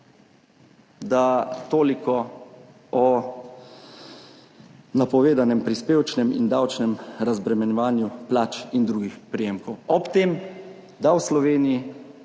– toliko o napovedanem prispevčnem in davčnem razbremenjevanju plač in drugih prejemkov –, ob tem da v Sloveniji